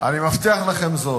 אני מבטיח לכם זאת: